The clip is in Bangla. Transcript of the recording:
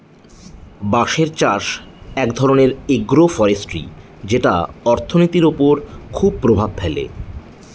বাঁশের চাষ এক ধরনের এগ্রো ফরেষ্ট্রী যেটা অর্থনীতির ওপর খুব প্রভাব ফেলে